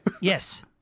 Yes